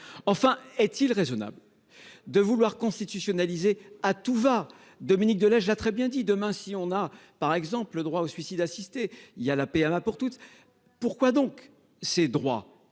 Enfin, est-il raisonnable de vouloir constitutionnaliser à tout va ? Dominique de Legge l'a très bien dit, ce pourrait être demain, par exemple, le droit au suicide assisté ou la PMA pour toutes. Pourquoi ces droits